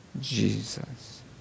Jesus